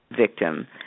victim